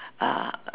uh